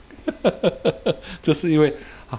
就是因为